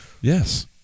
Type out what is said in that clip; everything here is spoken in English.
Yes